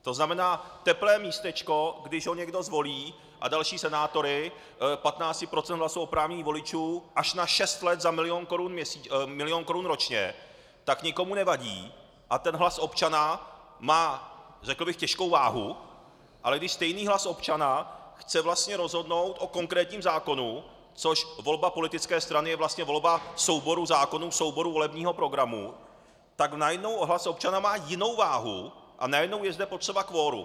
To znamená teplé místečko, když ho někdo zvolí, a další senátory, 15 % oprávněných voličů, až na šest let za milion korun ročně, tak nikomu nevadí a hlas občana má, řekl bych, těžkou váhu, ale když stejný hlas občana chce vlastně rozhodnout o konkrétním zákonu, což volba politické strany je vlastně volba souboru zákonů, souboru volebního programu, tak najednou hlas občana má jinou váhu a najednou je zde potřeba kvorum.